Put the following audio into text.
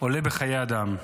עולה בחיי אדם,